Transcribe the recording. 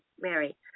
Mary